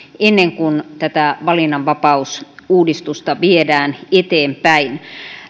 ennen kuin tätä valinnanvapausuudistusta viedään eteenpäin